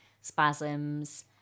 spasms